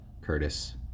Curtis